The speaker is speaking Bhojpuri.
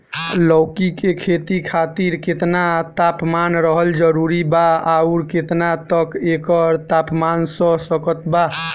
लौकी के खेती खातिर केतना तापमान रहल जरूरी बा आउर केतना तक एकर तापमान सह सकत बा?